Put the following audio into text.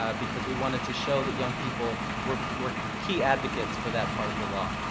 ah because we wanted to show that young people were were key advocates for that part of the law.